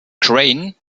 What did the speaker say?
crane